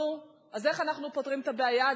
נו, אז איך אנחנו פותרים את הבעיה?